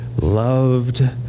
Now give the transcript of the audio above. loved